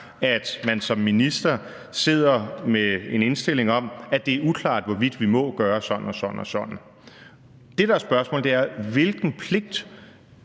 at man som minister sidder med en indstilling om, at det er uklart, hvorvidt vi må gøre sådan og sådan. Det, der er spørgsmålet, er: Hvilken pligt